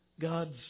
God's